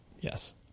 Yes